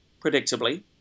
predictably